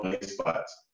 spots